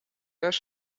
halla